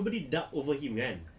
nobody dubbed over him kan